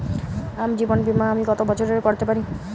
জীবন বীমা আমি কতো বছরের করতে পারি?